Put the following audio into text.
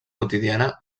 quotidiana